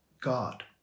God